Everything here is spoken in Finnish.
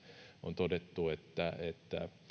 on todettu että että